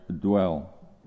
dwell